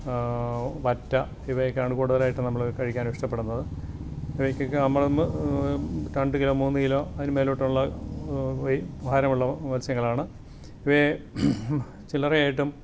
വറ്റ ഇവയൊക്കെയാണ് കൂടുതലായിട്ട് നമ്മൾ കഴിക്കാൻ ഇഷ്ടപ്പെടുന്നത് ഇവയ്ക്കൊക്കെ നമ്മൾ രണ്ട് ഗ്രാം മൂന്ന് കിലോ അതിന് മേലോട്ടുള്ള വേയ് ഭാരമുള്ള മത്സ്യങ്ങളാണ് ഇവയെ ചില്ലറയായിട്ടും